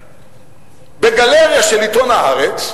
ב"גלריה" של עיתון "הארץ"